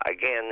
Again